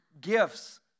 gifts